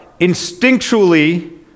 instinctually